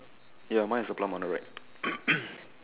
ya mine is a plum on the right